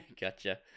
gotcha